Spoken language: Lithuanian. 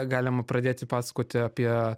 galima pradėti pasakoti apie